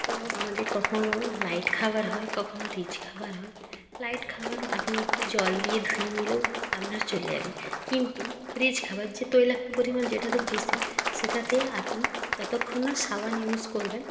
তো আমাদের কখনো লাইট খাবার হয় কখনো রিচ খাবার হয় লাইট খাবার আপনি একটু জল দিয়ে ধুয়ে নিলেও আপনার চলে যাবে কিন্তু রিচ খাবার যে তৈলাক্ত পরিমাণ যেটাতে বেশি সেটাতে আপনি যতক্ষণ না সাবান ইউজ করবেন